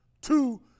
Two